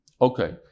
Okay